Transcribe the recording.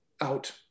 out